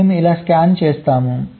మేము ఇలా స్కాన్ చేస్తాము